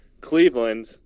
Cleveland